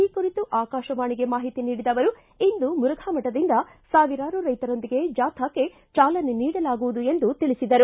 ಈ ಕುರಿತು ಆಕಾಶವಾಣಿಗೆ ಮಾಹಿತಿ ನೀಡಿದ ಅವರು ಇಂದು ಮುರುಘಾಮಠದಿಂದ ಸಾವಿರಾರು ರೈತರೊಂದಿಗೆ ಜಾಥಾಕ್ಷೆ ಚಾಲನೆ ನೀಡಲಾಗುವುದು ಎಂದು ತಿಳಿಸಿದರು